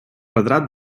retrat